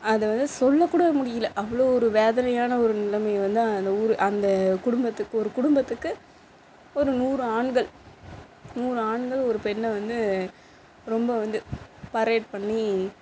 அதை வந்து சொல்ல கூட முடியலை அவ்வளோ ஒரு வேதனையான ஒரு நிலைமை வந்து அந்த ஊர் அந்த குடும்பத்துக்கு ஒரு குடும்பத்துக்கு ஒரு நூறு ஆண்கள் நூறு ஆண்கள் ஒரு பெண்ணை வந்து ரொம்ப வந்து பரைட் பண்ணி